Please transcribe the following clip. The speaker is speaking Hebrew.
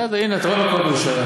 בסדר, אתה רואה מה קורה בירושלים.